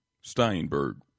Steinberg